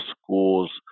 schools